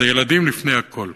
אז הילדים לפני הכול.